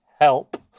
help